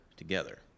together